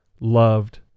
loved